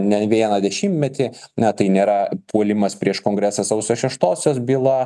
ne vieną dešimtmetį ne tai nėra puolimas prieš kongresą sausio šeštosios byla